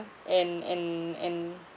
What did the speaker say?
and and and